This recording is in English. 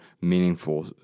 meaningful